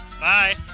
Bye